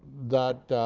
that